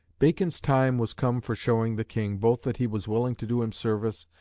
bacon's time was come for showing the king both that he was willing to do him service,